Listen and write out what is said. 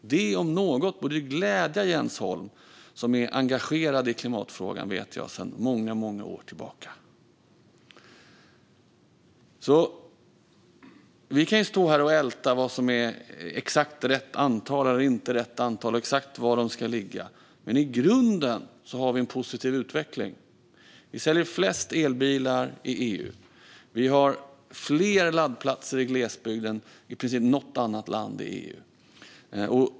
Det om något borde glädja Jens Holm, som är engagerad i klimatfrågan, vet jag, sedan många år tillbaka. Vi kan stå här och älta vad som är exakt rätt antal eller inte rätt antal och exakt var de ska ligga, men i grunden har vi en positiv utveckling. Vi säljer flest elbilar i EU. Vi har fler laddplatser i glesbygden än vad man har i något annat land i EU, i princip.